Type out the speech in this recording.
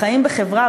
החיים בחברה,